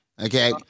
Okay